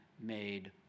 made